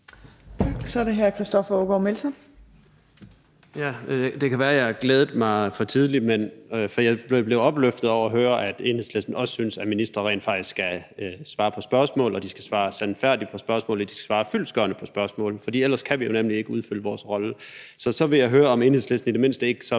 Kl. 14:10 Christoffer Aagaard Melson (V): Det kan være, at jeg har glædet mig for tidligt, for jeg blev opløftet over at høre, at Enhedslisten også synes, at ministre rent faktisk skal svare på spørgsmål, og at de skal svare sandfærdigt på spørgsmål, og at de skal svare fyldestgørende på spørgsmål, for ellers kan vi jo nemlig ikke udfylde vores rolle. Så vil jeg høre, om Enhedslisten i det mindste ikke så vil være med